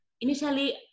initially